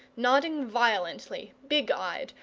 nodding violently, big-eyed,